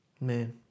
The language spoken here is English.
Man